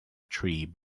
tree